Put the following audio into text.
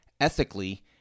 ethically